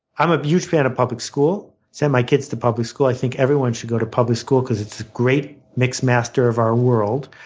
i'm a huge fan of public school. i send my kids to public school. i think everyone should go to public school because it's a great mix master of our world.